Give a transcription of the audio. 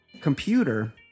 computer